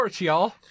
y'all